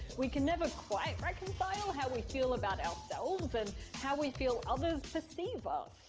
we can never quite reconcile how we feel about ourselves and how we feel others perceive us.